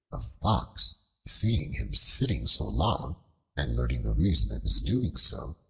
a fox seeing him sitting so long and learning the reason of his doing so,